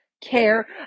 care